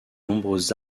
nombreuses